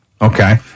okay